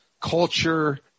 culture